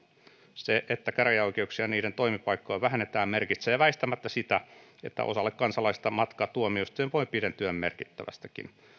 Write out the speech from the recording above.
se että käräjäoikeuksia ja niiden toimipaikkoja vähennetään merkitsee väistämättä sitä että osalle kansalaisista matka tuomioistuimeen voi pidentyä merkittävästikin